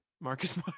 Marcus